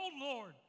Lord